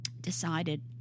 decided